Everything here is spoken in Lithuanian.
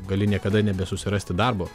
gali niekada nebesusirasti darbo